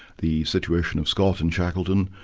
the situation of scott and shackleton,